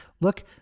look